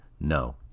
no